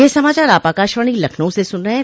ब्रे क यह समाचार आप आकाशवाणी लखनऊ से सुन रहे हैं